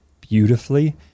beautifully